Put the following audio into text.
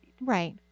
Right